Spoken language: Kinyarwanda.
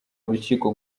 urukiko